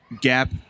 gap